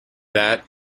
that